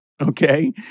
okay